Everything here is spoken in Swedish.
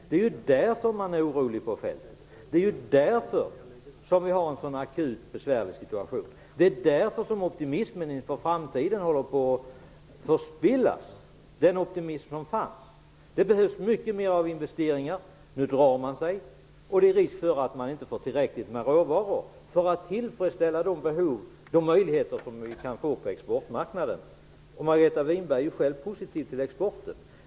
Det är på den punkten som man ute på fältet är orolig. Det är därför som vi har en så akut och besvärlig situation. Det är också därför som den optimism inför framtiden som funnits håller på att förspillas. Det behövs alltså mycket mer av investeringar. Nu drar man sig. Risken finns att man inte får tillräckligt med råvaror för att kunna motsvara de möjligheter som vi kan få på exportmarknaden. Margareta Winberg är ju själv positiv till exporten.